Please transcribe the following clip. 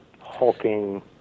hulking